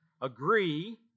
Agree